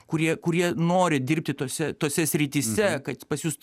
kurie kurie nori dirbti tose tose srityse kad pas jus